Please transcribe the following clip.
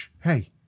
hey